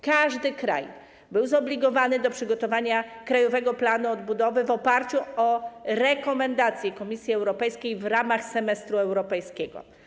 Każdy kraj był zobligowany do przygotowania krajowego planu odbudowy w oparciu o rekomendacje Komisji Europejskiej w ramach semestru europejskiego.